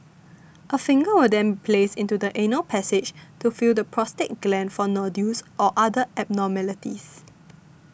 a finger will then be placed into the anal passage to feel the prostate gland for nodules or other abnormalities